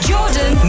Jordan